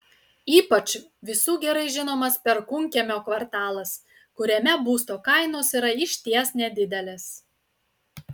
ypač visų gerai žinomas perkūnkiemio kvartalas kuriame būsto kainos yra išties nedidelės